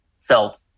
felt